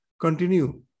continue